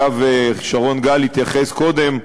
שאליו שרון גל התייחס קודם,